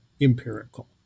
empirical